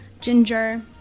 ginger